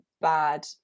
bad